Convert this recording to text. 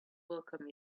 welcome